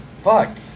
Fuck